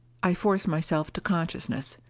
i forced myself to consciousness.